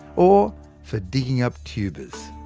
or for digging up tubers.